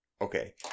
Okay